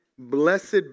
Blessed